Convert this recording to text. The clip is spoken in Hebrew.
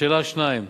לשאלה 2: